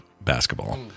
basketball